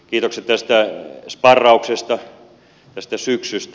kiitokset tästä sparrauksesta tästä syksystä